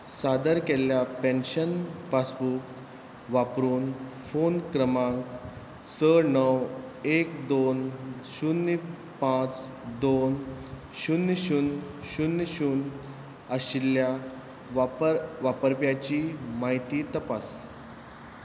सादर केल्ल्या pension passbook वापरून फोन क्रमांक स णव एक दोन शुन्य पांच दोन शुन्य शून्य शुन्य शून्य आशिल्ल्या वापर वापरप्याची म्हायती तपास